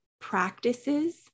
practices